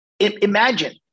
imagine